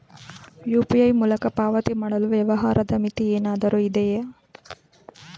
UPI ಮೂಲಕ ಪಾವತಿ ಮಾಡಲು ವ್ಯವಹಾರದ ಮಿತಿ ಏನಾದರೂ ಇದೆಯೇ?